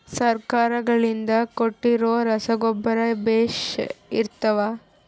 ಸರ್ಕಾರಗಳಿಂದ ಕೊಟ್ಟಿರೊ ರಸಗೊಬ್ಬರ ಬೇಷ್ ಇರುತ್ತವಾ?